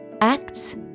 Acts